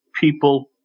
people